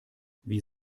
wie